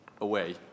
away